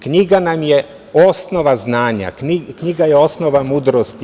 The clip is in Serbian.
Knjiga nam je osnova znanja, knjiga je osnova mudrosti.